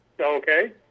Okay